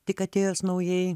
tik atėjus naujai